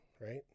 right